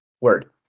Word